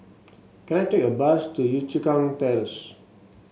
can I take a bus to Yio Chu Kang Terrace